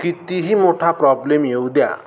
कितीही मोठा प्रॉब्लेम येऊ द्या